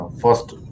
First